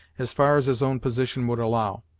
as far as his own position would allow.